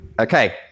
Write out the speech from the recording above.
Okay